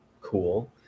cool